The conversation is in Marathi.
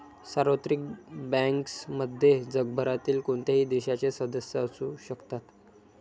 सार्वत्रिक बँक्समध्ये जगभरातील कोणत्याही देशाचे सदस्य असू शकतात